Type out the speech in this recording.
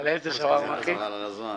"חבל על הזמן".